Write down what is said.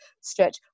stretch